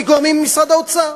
מגורמים במשרד האוצר.